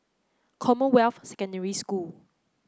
Commonwealth Secondary School